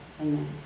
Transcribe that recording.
Amen